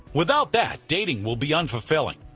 without that dating will be unfulfilling.